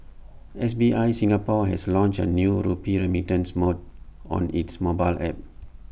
S B I Singapore has launched A new rupee remittance more on its mobile app